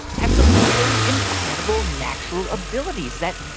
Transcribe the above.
have some really incredible natural abilities that,